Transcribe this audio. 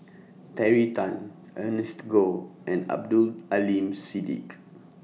Terry Tan Ernest Goh and Abdul Aleem Siddique